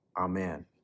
amen